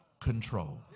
control